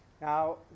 Now